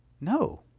No